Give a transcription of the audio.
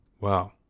Wow